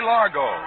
Largo